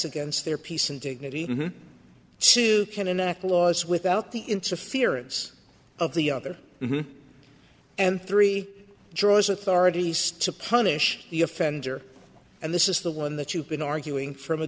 against their peace and dignity two can enact laws without the interference of the other and three draws authorities to punish the offender and this is the one that you've been arguing from a